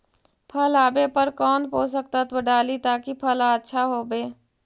फल आबे पर कौन पोषक तत्ब डाली ताकि फल आछा होबे?